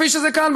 כפי שזה כאן,